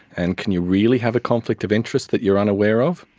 and can you really have a conflict of interest that you are unaware of?